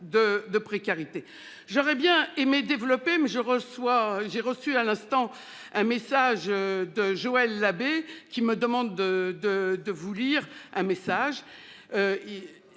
de précarité. J'aurais aimé développer mon propos, mais j'ai reçu à l'instant un message de Joël Labbé, qui me demande de vous lire le message